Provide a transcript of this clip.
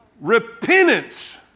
Repentance